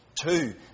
Two